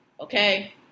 Okay